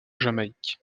jamaïque